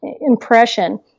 impression